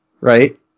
right